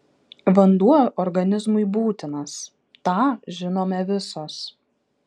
vanduo organizmui būtinas tą žinome visos